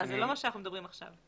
זה לא מה שאנחנו מדברים עליו עכשיו.